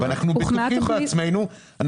אנחנו בטוחים בעצמנו.